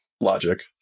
logic